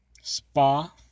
spa